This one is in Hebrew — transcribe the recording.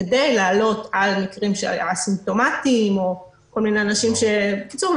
כדי לעלות על מקרים א-סימפטומטיים או כל מיני אנשים בקיצור,